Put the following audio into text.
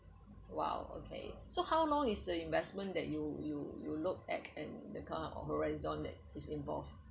!wow! okay so how long is the investment that you you you look at and the car or horizon that is involved